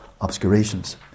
obscurations